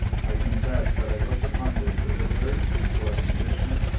i confess that i looked upon this as a very painful exhibition,